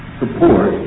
support